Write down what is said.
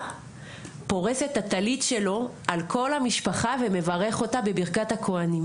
פורס את הטלית שלו על כל המשפחה ומברך אותה בברכת הכוהנים,